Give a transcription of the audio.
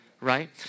Right